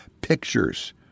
pictures